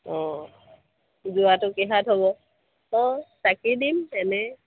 অঁ যোৱাটো কিহত হ'ব অঁ চাকি দিম এনেই